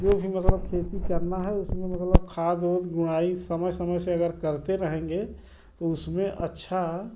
जो भी मतलब खेती करना है उसमें मतलब खाद उद गुनाई समय समय से अगर करते रहेंगे तो उसमें अच्छा